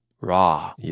raw